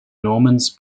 normans